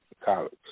college